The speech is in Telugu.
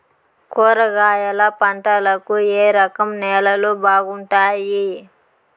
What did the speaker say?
కూరగాయల పంటలకు ఏ రకం నేలలు బాగుంటాయి?